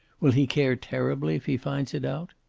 will he care terribly if he finds it out?